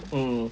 mm